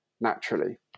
naturally